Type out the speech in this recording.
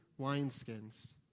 wineskins